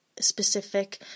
specific